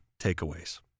takeaways